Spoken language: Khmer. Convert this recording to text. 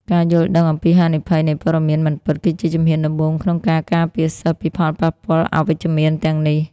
ការយល់ដឹងអំពីហានិភ័យនៃព័ត៌មានមិនពិត គឺជាជំហានដំបូងក្នុងការការពារសិស្សពីផលប៉ះពាល់អវិជ្ជមានទាំងនេះ។